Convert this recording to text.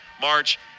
March